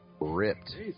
Ripped